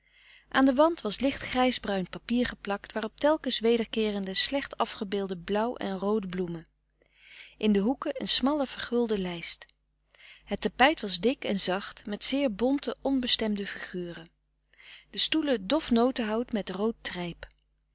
aan den wand was licht grijs bruin papier geplakt waarop telkens wederkeerende slecht afgebeelde blauw en roode bloemen in de hoeken een smalle vergulde lijst het tapijt was dik en zacht met zeer bonte onbestemde figuren de stoelen dof notenhout met